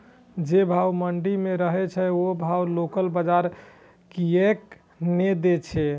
जे भाव मंडी में रहे छै ओ भाव लोकल बजार कीयेक ने दै छै?